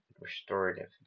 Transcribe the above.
restorative